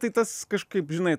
tai tas kažkaip žinai